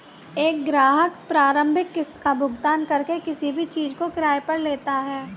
एक ग्राहक प्रारंभिक किस्त का भुगतान करके किसी भी चीज़ को किराये पर लेता है